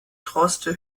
droste